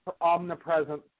omnipresent